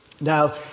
Now